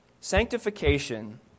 Sanctification